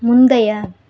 முந்தைய